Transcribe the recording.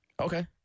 okay